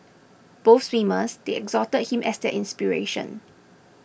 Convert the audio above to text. both swimmers they exalted him as their inspiration